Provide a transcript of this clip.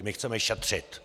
My chceme šetřit!